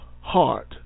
heart